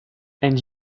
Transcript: and